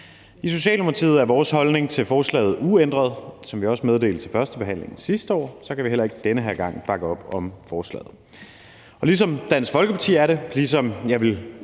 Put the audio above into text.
I Socialdemokratiet er vores holdning til forslaget uændret. Som vi også meddelte til førstebehandlingen sidste år, kan vi ikke – heller ikke denne gang – bakke op om forslaget. Ligesom det er Dansk Folkepartis udgangspunkt, og ligesom jeg vil